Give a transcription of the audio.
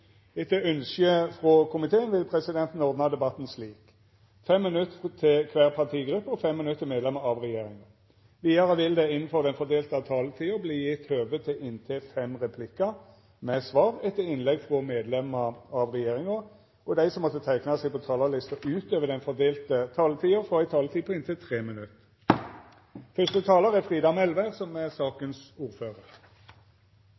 Etter ønske frå justiskomiteen vil presidenten ordna debatten slik: 5 minutt til kvar partigruppe og 5 minutt til medlemer av regjeringa. Vidare vil det – innanfor den fordelte taletida – verta gjeve høve til replikkordskifte på inntil fem replikkar med svar etter innlegg frå medlemer av regjeringa. Dei som måtte teikna seg på talarlista utover den fordelte taletida, får ei taletid på inntil 3 minutt. Vi skal nå behandle et forslag fra Arbeiderpartiet om en handlingsplan mot knivvold. For meg som